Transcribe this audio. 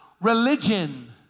religion